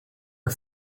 are